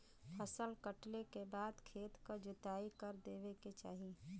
फसल कटले के बाद खेत क जोताई कर देवे के चाही